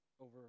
over